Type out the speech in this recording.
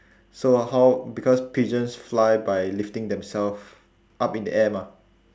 so how because pigeons fly by lifting themselves up in the air mah